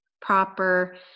proper